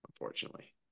unfortunately